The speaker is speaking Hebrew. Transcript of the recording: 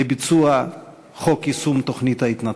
לביצוע חוק יישום תוכנית ההתנתקות.